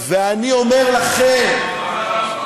ואני אומר לכם, למה אתה,